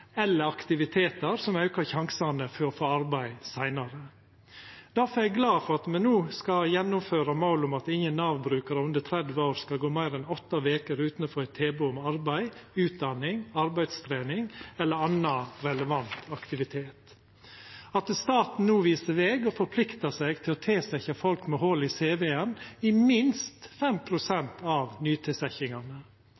eller om aktivitetar som aukar sjansane for å få arbeid seinare. Difor er eg glad for at me no skal gjennomføra målet om at ingen Nav-brukarar under 30 år skal gå meir enn åtte veker utan å få eit tilbod om arbeid, utdanning, arbeidstrening eller annan relevant aktivitet, at staten no viser veg og forpliktar seg til å tilsetja folk med hol i cv-en i minst